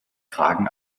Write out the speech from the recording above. frage